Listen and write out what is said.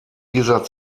dieser